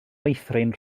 meithrin